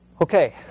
Okay